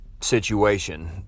situation